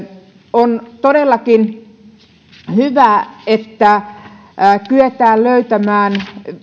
on todellakin hyvä että kyetään löytämään